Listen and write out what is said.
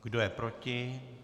Kdo je proti?